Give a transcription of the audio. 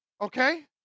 Okay